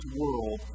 world